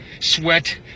Sweat